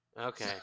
Okay